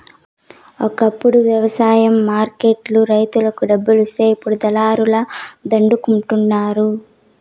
ఒకప్పుడు వ్యవసాయ మార్కెట్ లు రైతులకు దుడ్డిస్తే ఇప్పుడు దళారుల దండుకుంటండారు